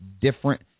different